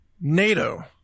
NATO